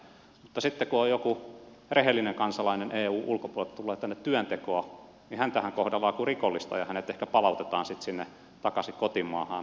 mutta sitten kun joku rehellinen kansalainen eun ulkopuolelta tulee tänne työntekoon häntähän kohdellaan kuin rikollista ja hänet ehkä palautetaan sitten takaisin sinne kotimaahan